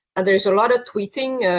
and there is a lot of tweeting,